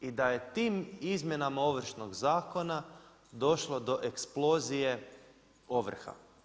I da je tim izmjenama Ovršnog zakona došlo do eksplozije ovrha.